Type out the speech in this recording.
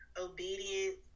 obedience